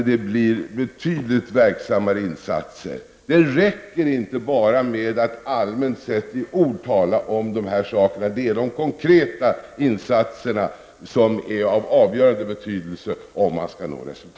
På vilket sätt vill regeringen verka för en skärpt bekämpning av brottsligheten med en rasistisk och invandrarfientlig bakgrund?